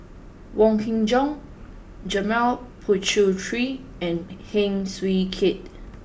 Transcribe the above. Wong Kin Jong Janil Puthucheary and Heng Swee Keat